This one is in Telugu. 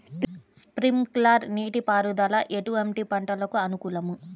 స్ప్రింక్లర్ నీటిపారుదల ఎటువంటి పంటలకు అనుకూలము?